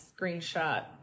screenshot